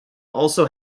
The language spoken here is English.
also